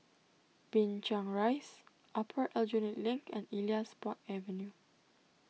Binchang Rise Upper Aljunied Link and Elias Park Avenue